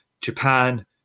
Japan